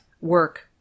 work